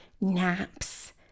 naps